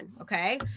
okay